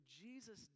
Jesus